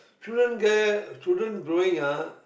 shouldn't care children growing ah